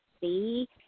see